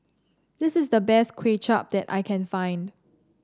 this is the best Kway Chap that I can find